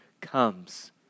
comes